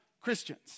Christians